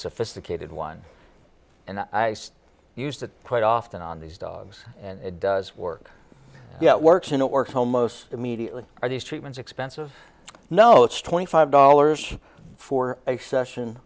sophisticated one and i use that quite often on these dogs and it does work yeah it works in or home most immediately are these treatments expensive no it's twenty five dollars for a session